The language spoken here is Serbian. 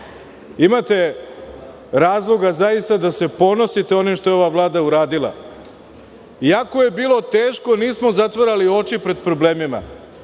Imate razloga zaista da se ponosite onim što je ova Vlada uradila, iako je bilo teško nismo zatvarali oči pred problemima,